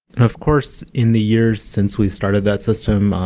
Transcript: of course, in the year since we started that system,